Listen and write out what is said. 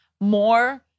more